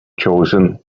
chosen